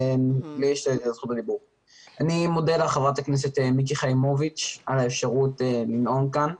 אני מודה לחברת הכנסת מיקי חיימוביץ' על האפשרות לדבר כאן,